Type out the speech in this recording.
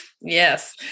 Yes